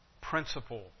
principle